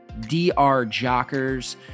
drjockers